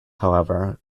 however